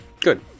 Good